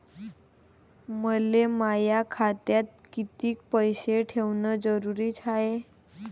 मले माया खात्यात कितीक पैसे ठेवण जरुरीच हाय?